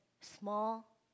small